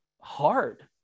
hard